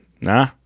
Nah